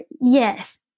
Yes